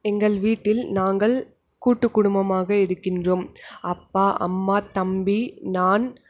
எங்கள் வீட்டில் நாங்கள் கூட்டுக்குடும்பமாக இருக்கின்றோம் அப்பா அம்மா தம்பி நான்